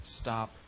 Stop